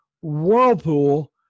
whirlpool